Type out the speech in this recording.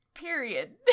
period